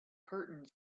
curtains